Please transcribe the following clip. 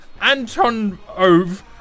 Antonov